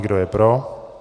Kdo je pro?